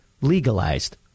legalized